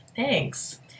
Thanks